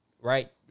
right